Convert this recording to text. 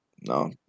no